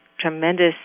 tremendous